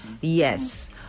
yes